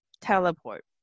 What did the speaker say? teleport